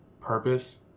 purpose